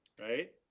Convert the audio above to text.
right